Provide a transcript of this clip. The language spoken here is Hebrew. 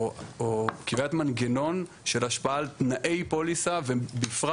או קביעת מנגנון של השפעה על תנאי פוליסה ובפרט